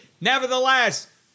Nevertheless